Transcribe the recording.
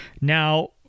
now